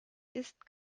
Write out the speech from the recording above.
ist